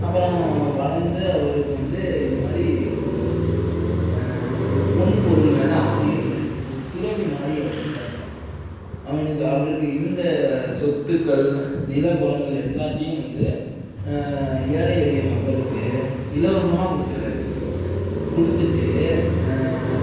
அப்புறம் வளர்ந்து அவருக்கு வந்து இது மாதிரி பொன் பொருள் மேலே ஆசை இல்லை ஒரு துறவி மாதிரி அவர் இருக்காப்ல அவனுக்கு அவருக்கு இருந்த சொத்துக்கள் நிலபுலங்கள் எல்லாத்தையும் வந்து ஏழை எளிய மக்களுக்கு இலவசமாக குடுத்துடுறாரு கொடுத்துட்டு